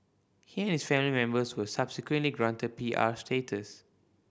he and his family members were subsequently granted P R status